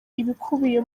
ibikubiye